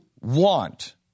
want